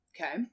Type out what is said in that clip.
Okay